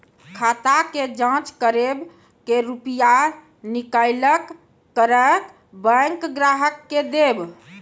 खाता के जाँच करेब के रुपिया निकैलक करऽ बैंक ग्राहक के देब?